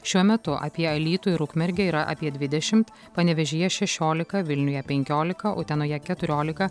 šiuo metu apie alytų ir ukmergę yra apie dvidešimt panevėžyje šešiolika vilniuje penkiolika utenoje keturiolika